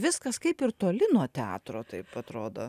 viskas kaip ir toli nuo teatro taip atrodo